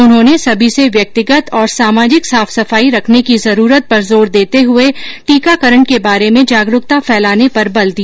उन्होंने सभी से व्यक्तिगत और सामाजिक साफ सफाई रखने की जरूरत पर जोर देते हुए टीकाकरण के बारे में जागरूकता फैलाने पर बल दिया